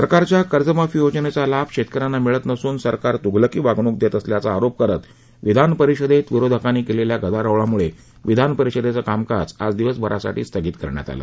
सरकारच्या कर्जमाफी योजनेचा लाभ शेतकऱयांना मिळत नसून सरकार तुघलकी वागणूक देत असल्याचा आरोप करत विधानपरिषेत विरोधकांनी केलेल्या गदारोळामुळे विधानपरिषदेचं कामकाज आज दिवसभरासाठी स्थगित करण्यात आलं